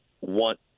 want